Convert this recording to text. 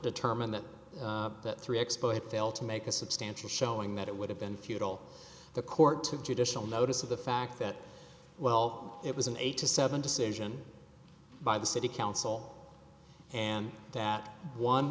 determined that that three exploit failed to make a substantial showing that it would have been futile the court to judicial notice of the fact that well it was an eight to seven decision by the city council and that one